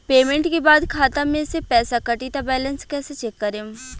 Payment के बाद खाता मे से पैसा कटी त बैलेंस कैसे चेक करेम?